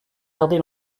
garder